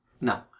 No